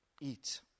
eat